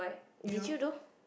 did you do